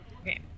okay